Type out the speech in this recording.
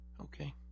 Okay